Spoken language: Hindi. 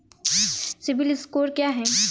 सिबिल स्कोर क्या है?